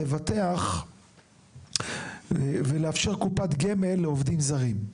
לבטח ולאפשר קופת גמל לעובדים זרים.